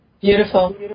Beautiful